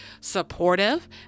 Supportive